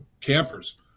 campers